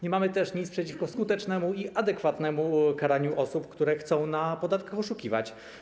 Nie mamy też nic przeciwko skutecznemu i adekwatnemu karaniu osób, które chcą na podatkach oszukiwać.